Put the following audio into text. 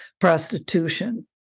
prostitution